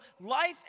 life